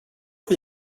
för